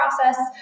process